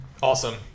Awesome